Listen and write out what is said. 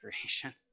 creation